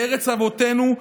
בארץ אבותינו,